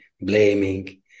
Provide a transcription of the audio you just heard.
blaming